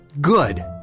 Good